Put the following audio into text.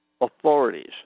authorities